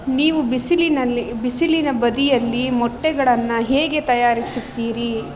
ನೀವು ಬಿಸಿಲಿನಲ್ಲಿ ಬಿಸಿಲಿನ ಬದಿಯಲ್ಲಿ ಮೊಟ್ಟೆಗಳನ್ನು ಹೇಗೆ ತಯಾರಿಸುತ್ತೀರಿ